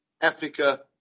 Africa